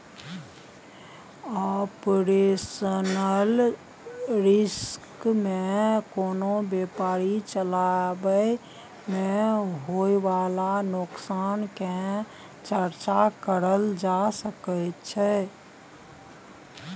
operational risk में कोनो व्यापार चलाबइ में होइ बाला नोकसान के चर्चा करल जा सकइ छइ